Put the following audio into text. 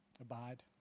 Abide